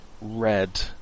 red